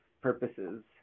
purposes